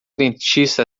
dentista